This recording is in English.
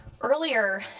Earlier